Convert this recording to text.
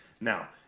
Now